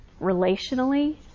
relationally